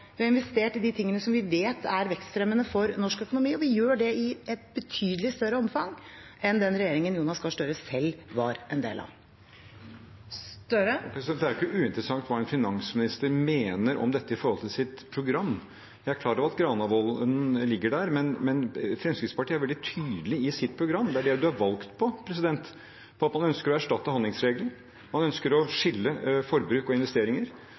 vi har investert i de tingene som vi vet er vekstfremmende for norsk økonomi, og vi gjør det i et betydelig større omfang enn den regjeringen Jonas Gahr Støre selv var en del av. Jonas Gahr Støre – til oppfølgingsspørsmål. Det er jo ikke uinteressant hva en finansminister mener om dette i forhold til sitt partiprogram. Jeg er klar over at Granavolden-plattformen ligger til grunn, men Fremskrittspartiet er veldig tydelig i sitt program – som statsråden er valgt på – på at man ønsker å erstatte handlingsregelen, og at man ønsker å skille forbruk og investeringer.